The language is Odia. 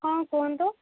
ହଁ କୁହନ୍ତୁ